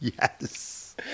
Yes